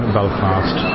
Belfast